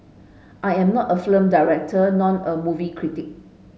I am not a film director nor a movie critic